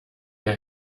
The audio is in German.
ihr